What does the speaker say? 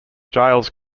giles